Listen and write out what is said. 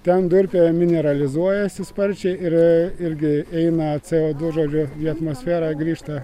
ten durpėje mineralizuojasi sparčiai ir irgi eina c o du žodžiu į atmosferą grįžta